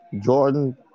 Jordan